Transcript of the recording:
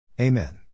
Amen